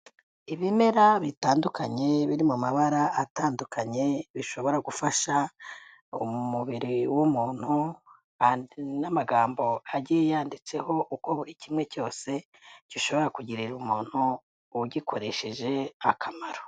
Ibimera bitandukanye, biri mu mabara atandukanye, bishobora gufasha umubiri w'umuntu, n'amagambo agiye yanyanditseho uko buri kimwe cyose gishobora kugirira umuntu ugikoresheje akamaro.